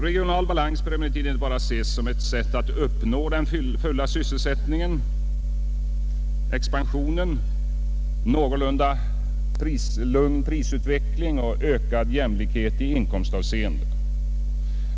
Regional balans bör emellertid inte bara ses som ett sätt att uppnå full sysselsättning, expansion, någorlunda lugn prisutveckling och ökad jämlikhet i inkomstavseende.